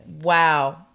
Wow